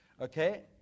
Okay